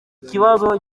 ikibazo